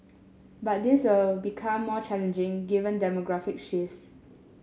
but this will become more challenging given demographic shifts